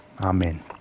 Amen